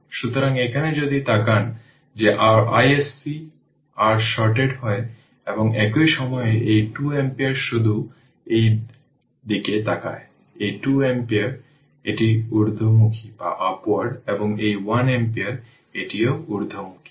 সুতরাং এখানে যদি তাকান যে r iSC r শর্টেড হয় এবং একই সময়ে এই 2 অ্যাম্পিয়ার শুধু এই দিকে তাকায় এই 2 অ্যাম্পিয়ার এটি ঊর্ধ্বমুখী এবং এই 1 অ্যাম্পিয়ার এটিও ঊর্ধ্বমুখী